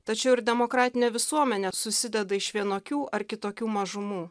tačiau ir demokratinė visuomenė susideda iš vienokių ar kitokių mažumų